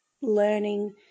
learning